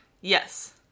Yes